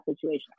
situation